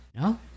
No